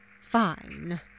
Fine